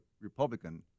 Republican